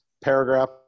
paragraph